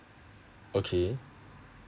okay